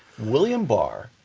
william barr,